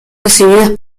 recibidas